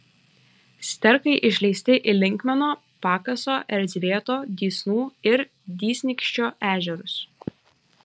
sterkai išleisti į linkmeno pakaso erzvėto dysnų ir dysnykščio ežerus